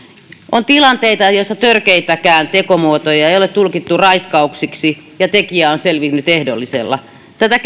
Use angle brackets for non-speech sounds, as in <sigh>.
on tilanteita joissa törkeitäkään tekomuotoja ei ole tulkittu raiskauksiksi ja tekijä on selvinnyt ehdollisella tätä <unintelligible>